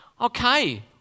Okay